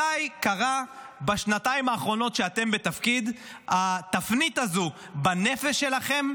מתי בשנתיים האחרונות שאתם בתפקיד קרתה התפנית הזו בנפש שלכם,